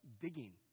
digging